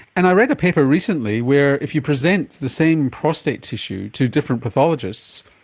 and i read a paper recently where if you present the same prostate tissue to different pathologists,